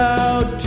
out